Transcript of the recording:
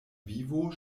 vivo